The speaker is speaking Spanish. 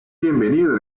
bienvenido